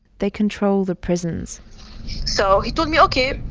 they control the prisons so he told me, ok,